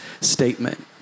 statement